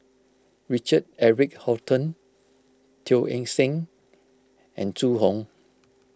Richard Eric Holttum Teo Eng Seng and Zhu Hong